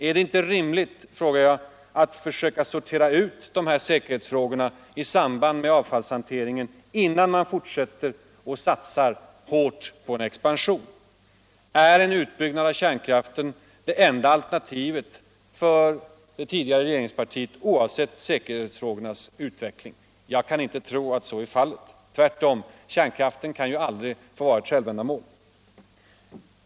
Är det inte rimligt, frågar jag, att försöka sortera ut de här osäkra punkterna i samband med avfallshanteringen innan man fortsätter och satsar hårt på en expansion? Är en utbyggnad av kärnkraften det enda alternativet för det tidigare regeringspartiet oavsett säkerhetsfrågornas utveckling? Jag kan inte tro att så är fallet. Tvärtom: Kärnkraften kan aldrig få vara ett självändamål.